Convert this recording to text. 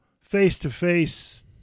face-to-face